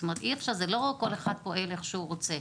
זאת אומרת זה לא כל אחד פועל איך שהוא רוצה,